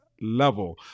level